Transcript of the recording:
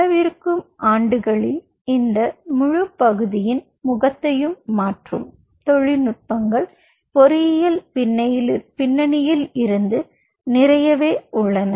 வரவிருக்கும் ஆண்டுகளில் இந்த முழுப் பகுதியின் முகத்தையும் மாற்றும் தொழில்நுட்பங்கள் பொறியியல் பின்னணியில் இருந்து நிறைய உள்ளன